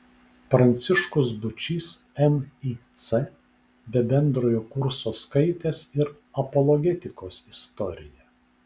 pranciškus būčys mic be bendrojo kurso skaitęs ir apologetikos istoriją